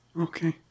Okay